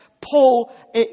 Paul